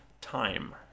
Time